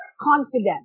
confident